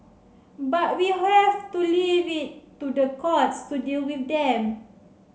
but we have to leave it to the courts to deal with them